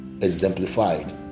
exemplified